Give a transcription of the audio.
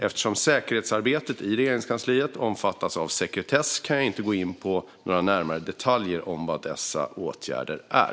Eftersom säkerhetsarbetet i Regeringskansliet omfattas av sekretess kan jag inte gå in på några närmare detaljer om vilka dessa åtgärder är.